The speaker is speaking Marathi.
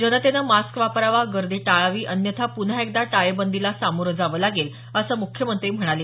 जनतेनं मास्क वापरावा गर्दी टाळावी अन्यथा पुन्हा एकदा टाळेबंदीला सामोरं जावं लागेल असं मुख्यमंत्री म्हणाले